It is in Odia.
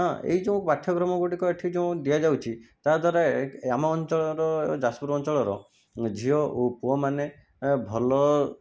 ହଁ ଏଇ ଯେଉଁ ପାଠ୍ୟକ୍ରମ ଗୁଡ଼ିକ ଏଠି ଯେଉଁ ଦିଆଯାଉଛି ତାଦ୍ୱାରା ଆମ ଅଞ୍ଚଳର ଯାଜପୁର ଅଞ୍ଚଳର ଝିଅ ଓ ପୁଅ ମାନେ ଭଲ